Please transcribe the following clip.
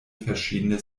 verschiedene